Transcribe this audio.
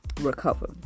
recover